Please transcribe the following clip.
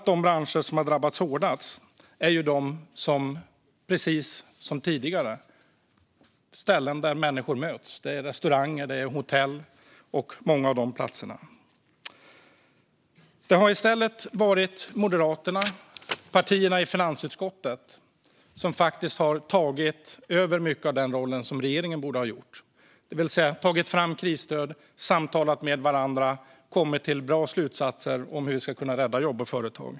Och de branscher som har drabbats hårdast är precis som tidigare ställen där människor möts. Det är restauranger och hotell. Moderaterna och partierna i finansutskottet har tagit över mycket av den roll som regeringen borde ha haft, det vill säga att ta fram krisstöd. Vi har samtalat med varandra och kommit till bra slutsatser om hur vi ska kunna rädda jobb och företag.